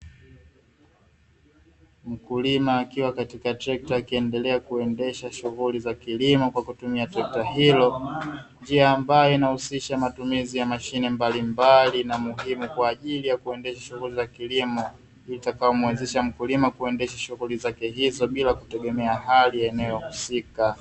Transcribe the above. Mkulima akiwa katika trekta akiendelea kuendesha shughuli za kilimo kwa kutumia trekta hilo, njia ambayo inahusisha matumizi ya mashine mbalimbali na muhimu kwa ajili ya kuendesha shughuli za kilimo, itakayomwezesha mkulima kuendesha shughuli zake hizo bila kutengeneza hali ya eneo husika.